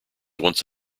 once